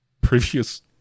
previous